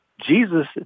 Jesus